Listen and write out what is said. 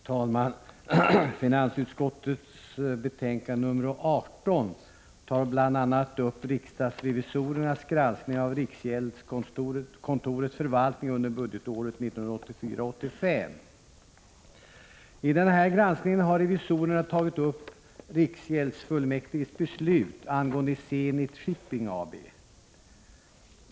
Fru talman! Finansutskottets betänkande 18 behandlar bl.a. riksdagsrevisorernas granskning av riksgäldskontorets förvaltning under budgetåret 1984/85. I denna granskning har revisorerna tagit upp riksgäldsfullmäktiges beslut angående Zenit Shipping AB.